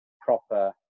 proper